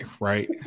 right